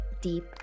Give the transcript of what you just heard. deep